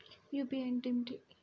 UPI అంటే ఏమిటి?